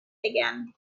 again